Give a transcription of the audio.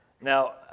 Now